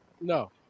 No